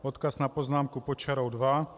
Odkaz na poznámku pod čarou 2.